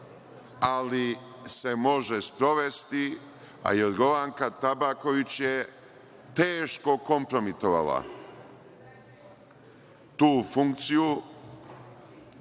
ali se može sprovesti, a Jorgovanka Tabaković je teško kompromitovala tu funkciju